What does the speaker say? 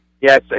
Yes